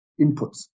inputs